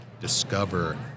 discover